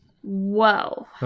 whoa